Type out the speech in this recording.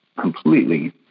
completely